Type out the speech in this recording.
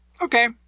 Okay